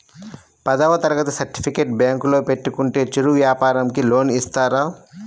పదవ తరగతి సర్టిఫికేట్ బ్యాంకులో పెట్టుకుంటే చిరు వ్యాపారంకి లోన్ ఇస్తారా?